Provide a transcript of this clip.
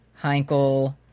Heinkel